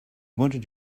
wanted